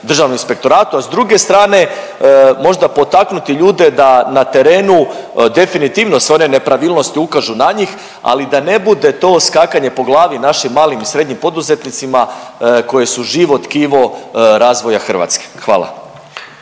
Državnom inspektoratu, a s druge strane možda potaknuti ljude da na terenu definitivno se one nepravilnosti ukažu na njih, ali da ne bude to skakanje po glavi našim manjim i srednjim poduzetnicima koji su živo tkivo razvoja Hrvatske. Hvala.